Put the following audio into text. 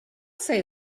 say